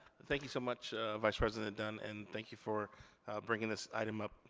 thank you so much vice president dunn and thank you for bringing this item up,